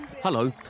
Hello